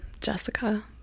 Jessica